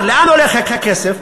לאן הולך הכסף?